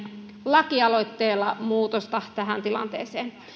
lakialoitteella muutosta tähän tilanteeseen